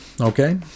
okay